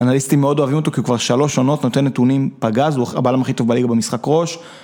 אנליסטים מאוד אוהבים אותו כי הוא כבר שלוש עונות נותן נתונים פגז, הוא הבלם הכי טוב בעיר במשחק ראש.